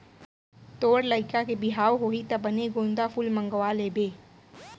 तोर लइका के बिहाव होही त बने गोंदा फूल मंगवा लेबे